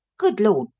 good lord!